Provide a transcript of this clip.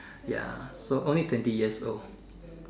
ya so only twenty years old